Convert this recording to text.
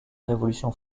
révolution